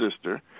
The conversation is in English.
sister